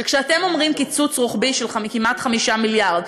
שכשאתם אומרים: קיצוץ רוחבי של כמעט 5 מיליארד,